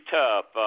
tough